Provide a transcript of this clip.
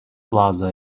plaza